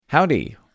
Howdy